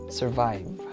survive